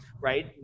right